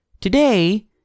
Today